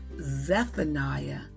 Zephaniah